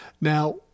Now